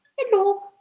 Hello